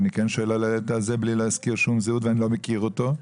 ואני כן שואל על הילד הזה בלי להזכיר שום זהות ואני לא מכיר אותו,